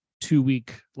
two-week